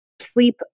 sleep